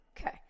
Okay